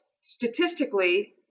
statistically